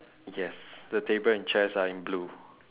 yes the table and chairs are in blue